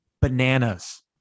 bananas